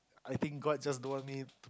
I think god just don't want me to